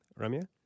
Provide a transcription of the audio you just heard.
Ramya